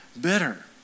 bitter